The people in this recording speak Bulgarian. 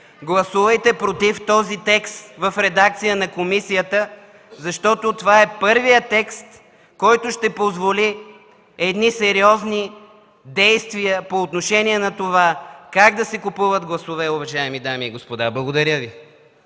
Гласувайте „против” този текст в редакция на комисията, защото това е първият текст, който ще позволи сериозни действия по отношение на това как да се купуват гласове, уважаеми дами и господа. Благодаря Ви.